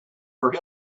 for